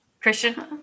Christian